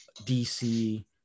DC